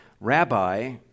rabbi